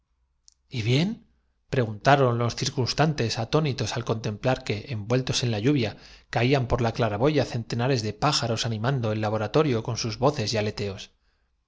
y bien preguntaron los circunstantes atónitos al contemplar que envueltos en la lluvia caían por la crifique en nuestro holoclautro matadme en buen hora no haré sino precederos claraboya centenares de pájaros animando el labora torio con sus voces y aleteos